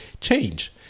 change